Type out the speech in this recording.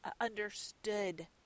understood